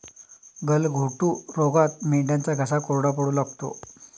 गलघोटू रोगात मेंढ्यांचा घसा कोरडा पडू लागतो